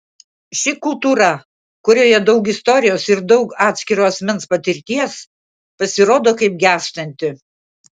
ši kultūra kurioje daug istorijos ir daug atskiro asmens patirties pasirodo kaip gęstanti